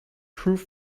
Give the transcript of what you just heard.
prove